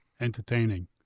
entertaining